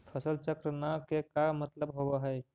फसल चक्र न के का मतलब होब है?